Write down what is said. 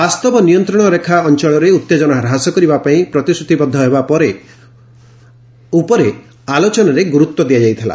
ବାସ୍ତବ ନିୟନ୍ତ୍ରଣରେଖା ଅଞ୍ଚଳରେ ଉତ୍ତେଜନା ହ୍ରାସ କରିବା ପାଇଁ ପ୍ରତିଶ୍ରତିବଦ୍ଧ ହେବା ଉପରେ ଆଲୋଚନାରେ ଗୁରୁତ୍ୱ ଦିଆଯାଇଥିଲା